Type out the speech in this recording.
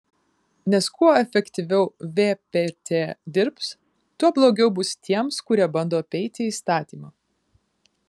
nes kuo efektyviau vpt dirbs tuo blogiau bus tiems kurie bando apeiti įstatymą